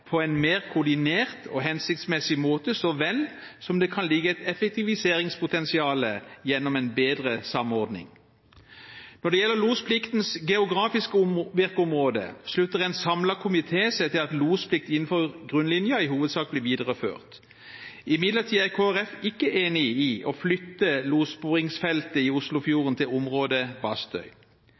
på en mer koordinert og hensiktsmessig måte så vel som det kan ligge et effektiviseringspotensial i en bedre samordning. Når det gjelder lospliktens geografiske virkeområde, slutter en samlet komité seg til at losplikt innenfor grunnlinjen i hovedsak blir videreført. Imidlertid er Kristelig Folkeparti ikke enig i at man flytter losbordingsfeltet i Oslofjorden til området Bastøy.